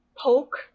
poke